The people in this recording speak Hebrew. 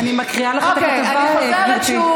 אני מקריאה לך את הכתבה, גברתי.